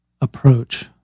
approach